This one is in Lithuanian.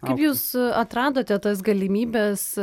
kaip jūs atradote tas galimybes